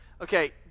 Okay